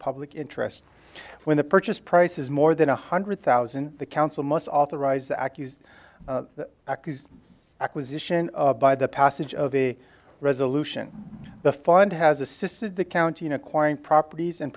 public interest when the purchase price is more than one hundred thousand the council must authorize the accu acquisition by the passage of the resolution the fund has assisted the county in acquiring properties and